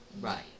Right